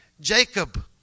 Jacob